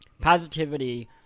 positivity